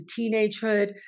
teenagehood